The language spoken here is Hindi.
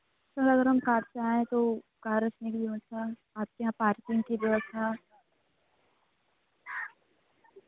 सर अगर हम कार से आएँ तो कार रखने की व्यवस्था आप के यहाँ पार्किंग की व्यवस्था